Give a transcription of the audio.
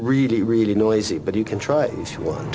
really really noisy but you can try one